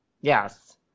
yes